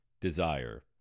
desire